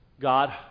God